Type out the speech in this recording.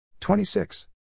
26